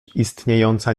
istniejąca